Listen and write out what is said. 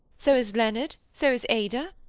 so is leonard, so is ada.